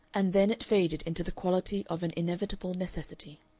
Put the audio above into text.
and then it faded into the quality of an inevitable necessity.